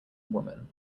woman